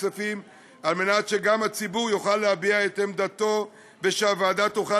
הכספים כדי שגם הציבור יוכל להביע את עמדתו והוועדה תוכל